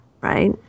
Right